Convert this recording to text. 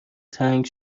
تنگ